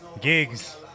Gigs